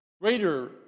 greater